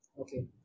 Okay